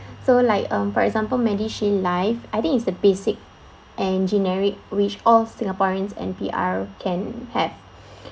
so like um for example MediShield Life I think it's the basic and generic which all singaporeans and P_R can have